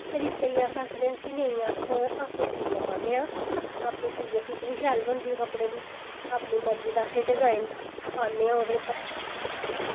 फिर इस करियै अस आखने आं कि नेईं अस आपै सीयै पान्ने आं आपै सीयै फिटिंग शैल बनदी ऐ कपड़े दी अपनी मर्जी दा असें डिज़ाइन पान्ने आं ओह्दे उप्पर